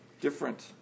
different